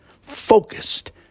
focused